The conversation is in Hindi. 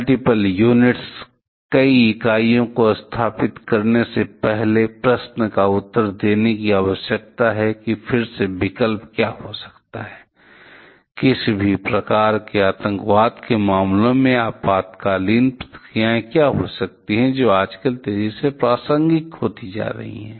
मल्टीपल यूनिट्स कई इकाइयों को स्थापित करने से पहले प्रश्न का उत्तर देने की आवश्यकता है और फिर से विकल्प क्या हो सकता है किसी भी प्रकार के आतंकवाद के मामले में आपातकालीन प्रतिक्रिया क्या हो सकती है जो आजकल तेजी से प्रासंगिक होती जा रही है